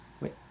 wait